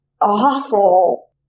awful